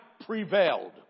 prevailed